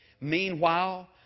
Meanwhile